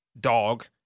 dog